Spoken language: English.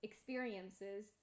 Experiences